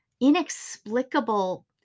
inexplicable